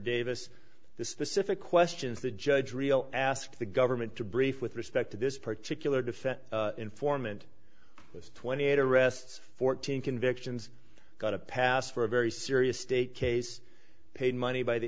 davis the specific questions the judge real ask the government to brief with respect to this particular defense informant was twenty eight arrests fourteen convictions got a pass for a very serious state case paid money by the